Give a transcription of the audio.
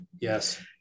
yes